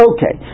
Okay